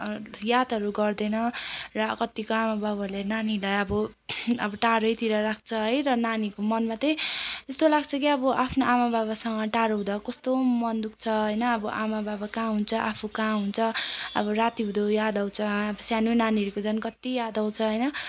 यादहरू गर्दैन र कत्तिको आमाबाबाहरूले नानीलाई अब अब टाढैतिर राख्छ है र नानीको मनमा चाहिँ यस्तो लाग्छ कि अब आफ्नो आमाबाबासँग टाढो हुँदा कस्तो मन दुख्छ होइन अब आमाबाबा कहाँ हुन्छ आफू कहाँ हुन्छ अब रातिउँधो याद आउँछ सानो नानीहरूको झन् कत्ति याद आउँछ होइन